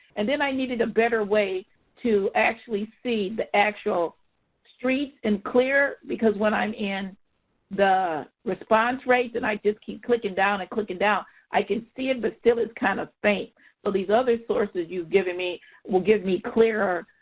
and then i needed a better way to actually see the actual streets and clear because when i'm in the response rates and i just keep clicking down and clicking down i can see it but still it's kind of faint so these other sources you've given me will give me clearer